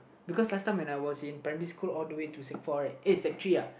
because last time when I was in primary school all the way to Sec four rightuhSec three uh